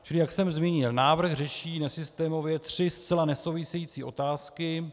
Čili jak jsem zmínil, návrh řeší nesystémově tři zcela nesouvisející otázky.